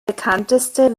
bekannteste